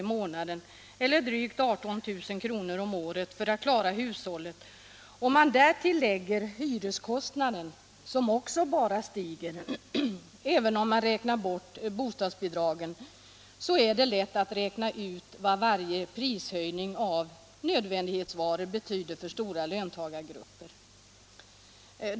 i månaden — Nr 45 eller drygt 18 000 om året för att klara hushållet och man därtill lägger Tisdagen den hyreskostnaden, som också bara stiger trots bostadsbidragen, så är det 14 december 1976 lätt att räkna ut vad varje prishöjning på nödvändighetsvaror betyder för stora löntagargrupper.